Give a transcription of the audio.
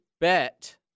bet